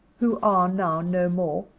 who are now no more,